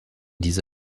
diese